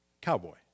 cowboy